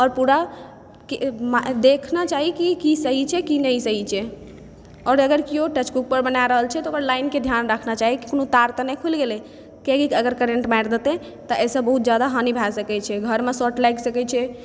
आओर पूरा देखना चाही कि की सही छै आओर की सही नहि छै आओर अगर केओ टचके ऊपर बना रहल छै तऽ ओकरा लाइनके ध्यान रखना चाही कोनो तार तऽ नहि खुलि गेलै कियाकि अगर करेन्ट मारि देतै तऽ एहिसँ बहुत जादा हानि भए सकै छै घरमे शॉक लागि सकै छै